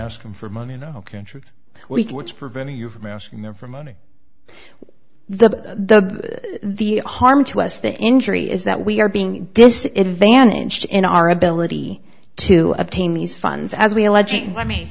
ask them for money no country we can which preventing you from asking them for money the the harm to us the injury is that we are being disadvantaged in our ability to obtain these funds as we allege i mean